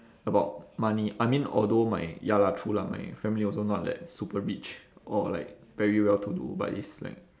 about money I mean although my ya lah true lah my family also not that super rich or like very well to do but it's like